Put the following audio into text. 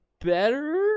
better